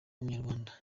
umunyarwanda